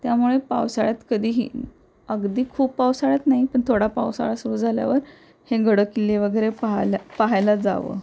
त्यामुळे पावसाळ्यात कधीही अगदी खूप पावसाळ्यात नाही पण थोडा पावसाळा सुरू झाल्यावर हे गड किल्ले वगैरे पाहायला पाहायला जावं